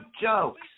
jokes